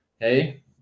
hey